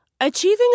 Achieving